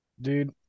Dude